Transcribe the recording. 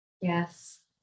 yes